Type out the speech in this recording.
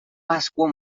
pasqua